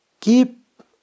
keep